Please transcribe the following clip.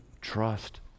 trust